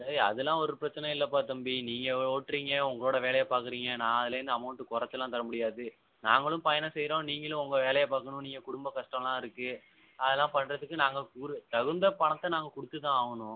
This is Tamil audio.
சரி அதுலாம் ஒரு பிரச்சனை இல்லைப்பா தம்பி நீங்கள் ஒட்டுறீங்க உங்களோட வேலையை பார்க்குறீங்க நான் அதிலிருந்து அமௌன்ட் குறச்சிலாம் தர முடியாது நாங்களும் பயணம் செய்கிறோம் நீங்களும் உங்கள் வேலையை பார்க்கணும் நீங்கள் குடும்ப கஷ்டோலாம் இருக்கு அதுலாம் பண்றதுக்கு நாங்கள் ஒரு தகுந்த பணத்தை நாங்கள் கொடுத்து தான் ஆகனும்